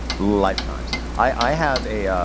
lifetimes. i, i have a,